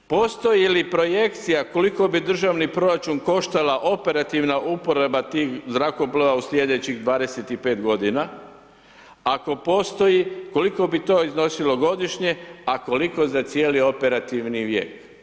Postoji li projekcija koliko bi državni proračun koštala operativna uporaba tih zrakoplova u slijedećih 25 godina, ako postoji, koliko bi to iznosilo godišnje, a koliko za cijeli operativni vijek?